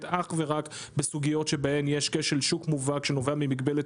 אך ורק בסוגיות שבהן יש כשל שוק מובהק שנובע ממגבלת